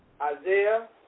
Isaiah